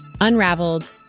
Unraveled